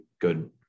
good